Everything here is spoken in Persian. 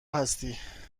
هستی